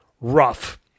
rough